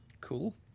cool